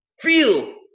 feel